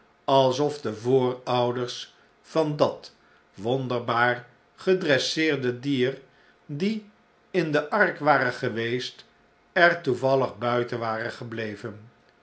alsof de voorouders van dat wonderbaar gedresseerde dier die in de ark waren geweest er toevallig buiten waren gebleven